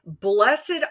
blessed